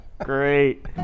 Great